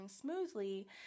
smoothly